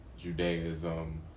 Judaism